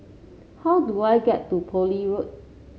how do I get to Poole Road